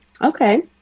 okay